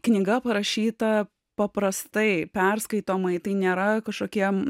knyga parašyta paprastai perskaitomai tai nėra kažkokie